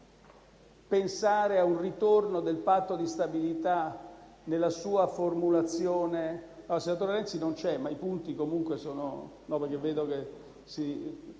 pensare a un ritorno del Patto di stabilità nella sua formulazione